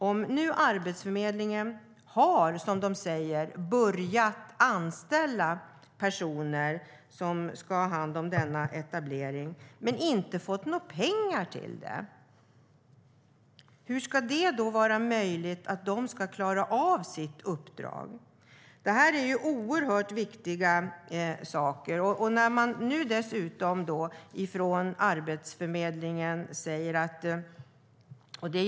Om nu Arbetsförmedlingen, som de säger, har börjat anställa personer som ska ha hand om denna etablering men inte fått pengar till det undrar jag hur det ska vara möjligt för dem att klara av sitt uppdrag. Detta är oerhört viktiga saker.